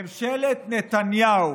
ממשלת נתניהו,